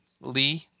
Lee